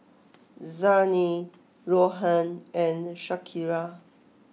Zhane Rohan and Shakira